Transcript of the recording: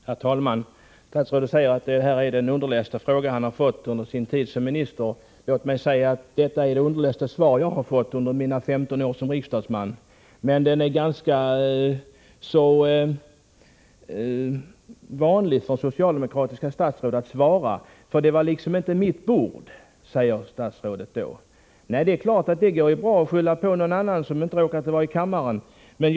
Herr talman! Statsrådet säger att det här är den underligaste fråga som han har fått under hela sin tid som minister. Detta är det underligaste svar som jag har fått under mina 15 år som riksdagsman. Den här typen av svar är dock ganska vanlig för socialdemokratiska statsråd. Statsrådet säger att det inte är hans bord. Det är klart att det går bra att skylla på någon annan, som inte råkar vara i riksdagens kammare.